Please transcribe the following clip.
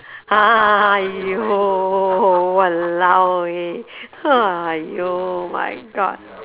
!haiyo! !walao! eh !haiyo! my god